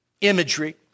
imagery